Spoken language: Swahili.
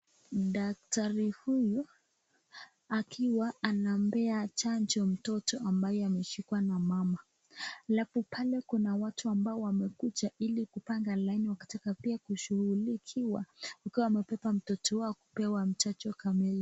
Daktari huyu akiwa anampea chanjo mtoto ambaye ameshikwa na mama. Halafu pale kuna watu ambao wamekuja ili kupanga laini wakitaka pia kushughulikiwa wakiwa wamebeba mtoto wao kupewa chanjo kamili.